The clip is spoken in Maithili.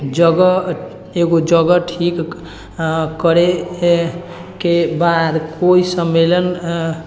जगह एगो जगह ठीक करएके बाद ओहि सम्मेलन